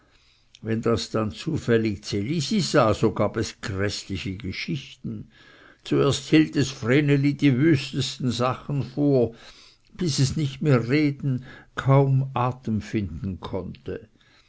wenn das dann zufällig ds elisi sah so gab es gräßliche geschichten zuerst hielt es vreneli die wüstesten sachen vor bis es nicht mehr reden kaum atem finden konnte